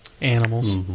Animals